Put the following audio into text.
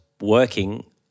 working